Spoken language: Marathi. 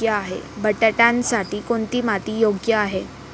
बटाट्यासाठी कोणती माती योग्य आहे?